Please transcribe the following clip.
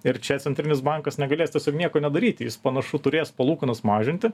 ir čia centrinis bankas negalės tiesiog nieko nedaryti jis panašu turės palūkanas mažinti